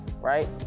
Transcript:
right